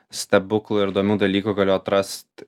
stebuklų ir įdomių dalykų galiu atrast